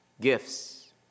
Gifts